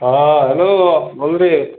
হ্যাঁ হ্যালো বল রে